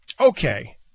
Okay